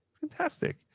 Fantastic